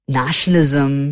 nationalism